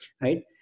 right